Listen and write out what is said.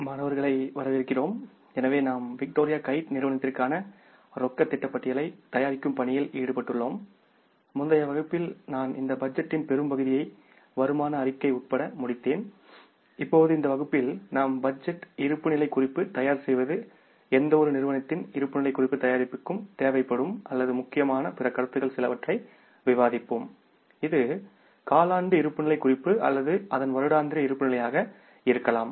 மாணவர்களை வரவேற்கிறோம் எனவே நாம் விக்டோரியா கைட் நிறுவனத்திற்கான ரொக்க திட்ட பட்டியலை தயாரிக்கும் பணியில் ஈடுபட்டுள்ளோம் முந்தைய வகுப்பில் நான் இந்த பட்ஜெட்டின் பெரும்பகுதியை வருமான அறிக்கை உட்பட முடித்தேன் இப்போது இந்த வகுப்பில் நாம் பட்ஜெட் இருப்புநிலை குறிப்பு தயார் செய்து எந்தவொரு நிறுவனத்தின் இருப்புநிலைகுறிப்பு தயாரிப்பிற்கும் தேவைப்படும் அல்லது முக்கியமான பிற கருத்துக்கள் சிலவற்றை விவாதிப்போம் இது காலாண்டு இருப்புநிலை குறிப்பு அல்லது அதன் வருடாந்திர இருப்புநிலையாக இருக்கலாம்